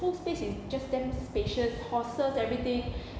whole space is just damn spacious horses everything